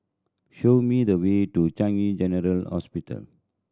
show me the way to Changi General Hospital